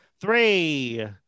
three